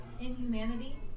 inhumanity